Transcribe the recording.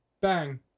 bang